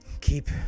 keep